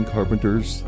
Carpenter's